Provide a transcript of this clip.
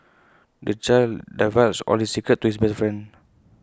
the child divulged all his secrets to his best friend